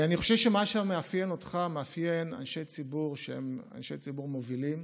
אני חושב שמה שמאפיין אותך מאפיין אנשי ציבור שהם אנשי ציבור מובילים,